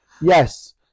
yes